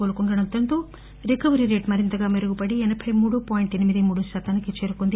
కోలుకుంటుండటంతో recovery rate మరింత మెరుగుపడి ఎనబై మూడు పాయింట్లు ఎనిమిదిమూడు శాతానికి చేరుకుంది